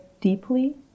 deeply